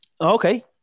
Okay